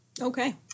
Okay